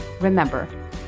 remember